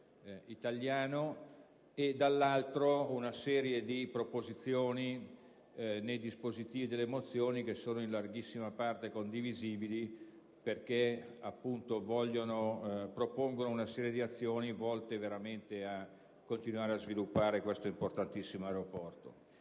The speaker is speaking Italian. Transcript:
italiano, e dall'altro una serie di proposizioni nei dispositivi delle mozioni che sono in larghissima parte condivisibili perché, appunto, propongono una serie di azioni volte a continuare a sviluppare questo importantissimo aeroporto.